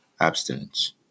abstinence